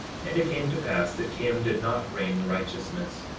and it came to pass that kim did not reign in righteousness,